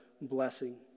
blessing